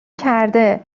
کرده